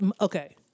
Okay